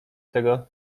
tego